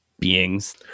beings